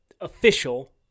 official